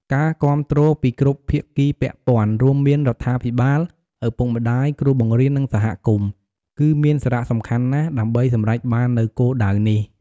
ការគាំទ្រពីគ្រប់ភាគីពាក់ព័ន្ធ រួមមានរដ្ឋាភិបាល ឪពុកម្តាយ គ្រូបង្រៀន និងសហគមន៍ គឺមាន សារៈសំខាន់ណាស់ ដើម្បីសម្រេចបាននូវគោលដៅនេះ។